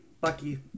Bucky